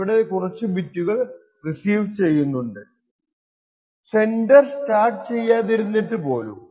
ഇവിടെ കുറച്ചു ബിറ്റുകൾ റിസീവ് ചെയ്യുന്നുണ്ട് സെൻഡർ സ്റ്റാർട്ട് ചെയ്യാതിരുന്നിട്ട് പോലും